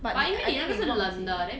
but I think 你忘记了